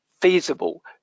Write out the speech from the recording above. feasible